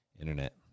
Internet